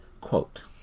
Quote